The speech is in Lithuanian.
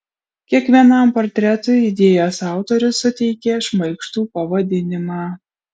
kiekvienam portretui idėjos autorius suteikė šmaikštų pavadinimą